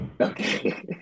Okay